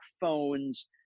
phones